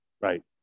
Right